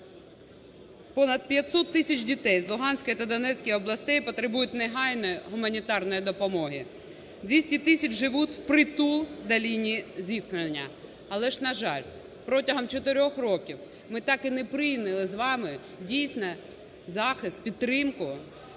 понад 500 тисяч дітей з Луганської та Донецької областей потребують негайної гуманітарної допомоги, 200 тисяч живуть впритул до лінії зіткнення. Але ж, на жаль, протягом чотирьох років ми так і не прийняли з вами, дійсно, захист, підтримку